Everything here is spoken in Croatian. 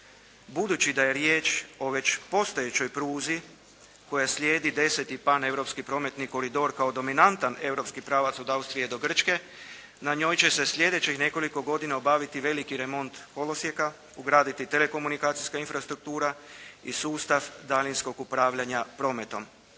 Budući da je riječ o već postojećoj pruzi koja slijedi deseti paneuropski prometni koridor kao dominantan europski pravac od Austrije do Grčke na njoj će se sljedećih nekoliko godina obaviti veliki remont kolosijeka, ugraditi telekomunikacijska i infrastruktura i sustav daljinskog upravljanja prometom.